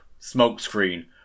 smokescreen